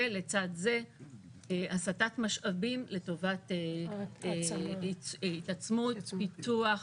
ולצד זה הסטת משאבים לטובת התעצמות, פיתוח,